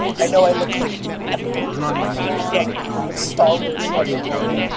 i know i look like emperor from star wars right now, but i'm